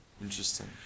Interesting